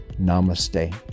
Namaste